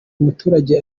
muturage